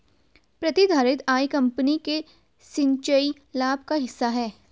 प्रतिधारित आय कंपनी के संचयी लाभ का हिस्सा है